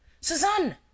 Suzanne